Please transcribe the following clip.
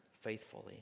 faithfully